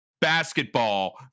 basketball